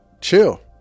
chill